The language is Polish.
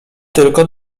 tylko